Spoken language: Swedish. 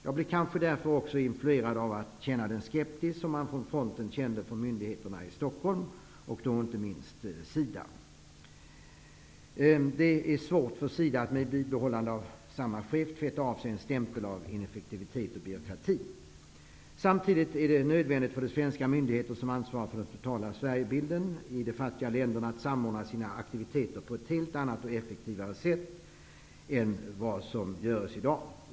Jag blir kanske därför också influerad av den skepsis som man på fronten hyste mot myndigheterna i Stockholm, inte minst SIDA. Det är svårt för SIDA att med bibehållande av samma chef tvätta av sig en stämpel av ineffektivitet och byråkrati. Samtidigt är det nödvändigt för de svenska myndigheter som ansvarar för den totala Sverigebilden i de fattiga länderna att samordna sina aktiviteter på ett helt annat och effektivare sätt än vad som görs i dag.